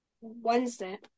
Wednesday